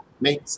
make